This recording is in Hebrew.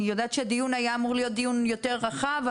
אני יודעת שהדיון היה אמור להיות דיון יותר רחב.